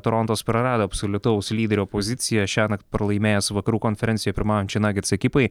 torontas prarado absoliutaus lyderio poziciją šiąnakt pralaimėjęs vakarų konferencijoj pirmaujančiai nagits ekipai